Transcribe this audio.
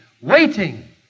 waiting